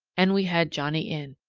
and we had johnnie in.